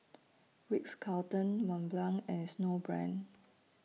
Ritz Carlton Mont Blanc and Snowbrand